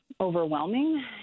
overwhelming